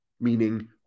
meaning